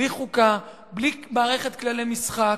בלי חוקה, בלי מערכת כללי משחק,